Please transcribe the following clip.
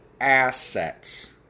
assets